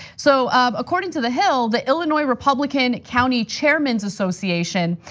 so according to the hill, the illinois republican county chairman's association,